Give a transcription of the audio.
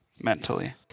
mentally